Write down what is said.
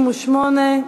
198),